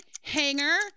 hanger